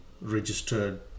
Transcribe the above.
registered